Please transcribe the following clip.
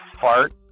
fart